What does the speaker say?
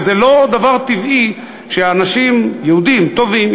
וזה לא דבר טבעי שאנשים טובים,